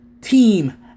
team